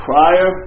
prior